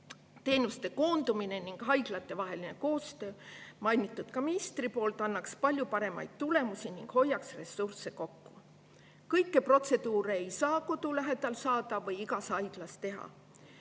Teenuste koondumine ning haiglatevaheline koostöö – mainitud ka ministri kõnes – annaks palju paremaid tulemusi ning hoiaks ressursse kokku. Kõiki protseduure ei saa kodu lähedal saada või igas haiglas teha.